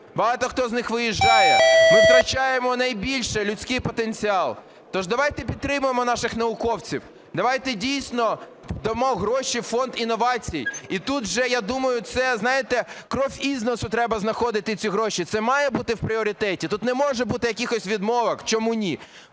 Багато хто з них виїжджає. Ми втрачаємо найбільше – людський потенціал. Тож давайте підтримаємо наших науковців. Давайте дійсно дамо гроші в Фонд інновацій. І тут вже, я думаю, це, знаєте, кровь из носу треба знаходити ці гроші. Це має бути в пріоритеті. Тут не може бути якихось відмовок, чому ні.